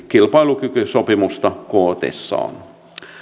kilpailukykysopimusta kootessaan